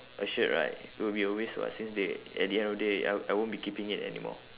a shirt right it would be a waste [what] since they at the end of the day I I won't be keeping it anymore